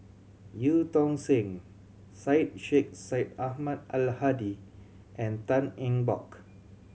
Eu Tong Sen Syed Sheikh Syed Ahmad Al Hadi and Tan Eng Bock